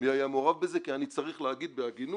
מי היה מעורב בזה, כי אני צריך להגיד בהגינות